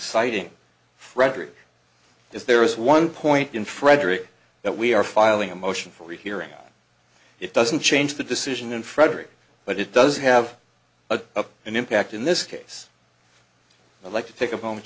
citing fredricka is there is one point in frederick that we are filing a motion for hearing about it doesn't change the decision in frederick but it does have a an impact in this case i like to take a moment